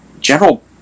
general